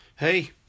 Hey